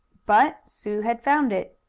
but sue had found it.